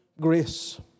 grace